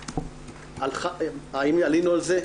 גבירתי, האם עלינו על זה?